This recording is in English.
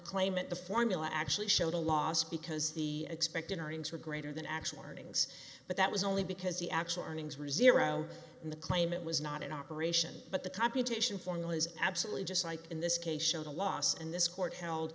claimant the formula actually showed a loss because the expected earnings were greater than actually learning but that was only because the actual arnie's rizzi around in the claimant was not in operation but the computation formulas absolutely just like in this case showed a loss and this court held